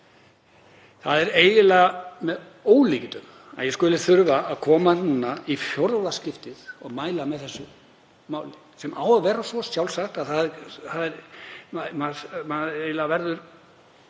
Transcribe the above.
Það er eiginlega með ólíkindum að ég skuli þurfa að koma núna í fjórða skiptið og mæla fyrir þessu máli sem á að vera svo sjálfsagt að maður verður